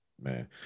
Man